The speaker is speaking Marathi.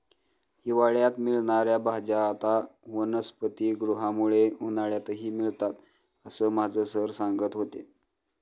हिवाळ्यात मिळणार्या भाज्या आता वनस्पतिगृहामुळे उन्हाळ्यातही मिळतात असं माझे सर सांगत होते